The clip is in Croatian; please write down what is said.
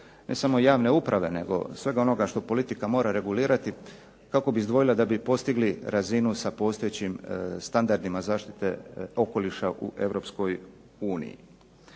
ne samo javne uprave nego svega onoga što politika mora regulirati, kako bi izdvojila da bi postigli razinu sa postojećim standardima zaštite okoliša u EU.